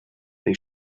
they